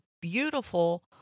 beautiful